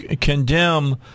condemn